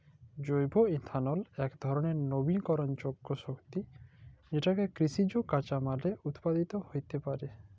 জৈব ইথালল ইক ধরলের লবিকরলযোগ্য শক্তি যেটকে কিসিজ কাঁচামাললে উৎপাদিত হ্যইতে পারে